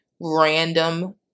random